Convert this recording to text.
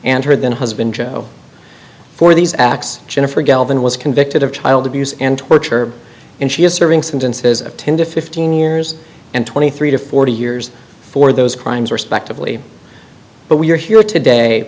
her then husband joe for these acts jennifer galvin was convicted of child abuse and torture and she is serving sentences of ten to fifteen years and twenty three to forty years for those crimes respectively but we're here today